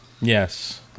Yes